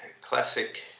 classic